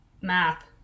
Math